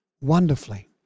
wonderfully